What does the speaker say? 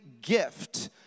gift